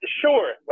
sure